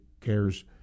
cares